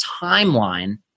timeline